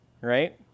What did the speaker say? right